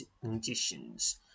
conditions